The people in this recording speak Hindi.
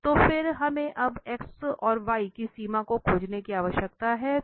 तो फिर हमें अब x और y की सीमा को खोजने की आवश्यकता है